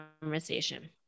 conversation